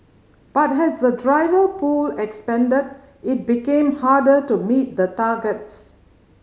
but as the driver pool expanded it became harder to meet the targets